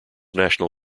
national